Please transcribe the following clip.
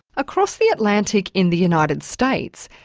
across the atlantic in the united states,